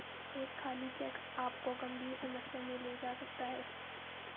एक खाली चेक आपको गंभीर समस्या में ले जा सकता है